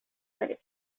lit